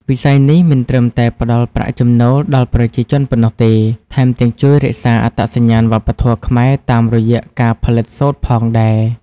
វិស័យនេះមិនត្រឹមតែផ្តល់ប្រាក់ចំណូលដល់ប្រជាជនប៉ុណ្ណោះទេ ថែមទាំងជួយរក្សាអត្តសញ្ញាណវប្បធម៌ខ្មែរតាមរយៈការផលិតសូត្រផងដែរ។